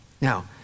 Now